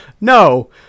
No